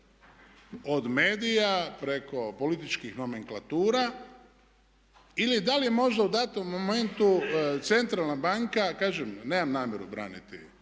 Od medija preko političkih nomenklatura ili da li je možda u datom momentu centralna banka, kažem nemam namjeru braniti